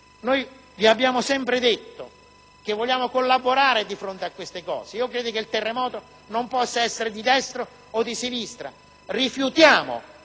Abbiamo sempre detto che vogliamo collaborare rispetto a queste situazioni; credo che il terremoto non possa essere di destra o di sinistra e rifiutiamo